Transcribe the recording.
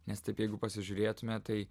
nes taip jeigu pasižiūrėtume tai